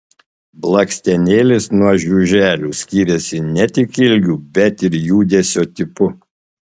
blakstienėlės nuo žiuželių skiriasi ne tik ilgiu bet ir judesio tipu